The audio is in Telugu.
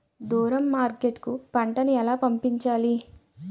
దూరం మార్కెట్ కు పంట ను ఎలా పంపించాలి?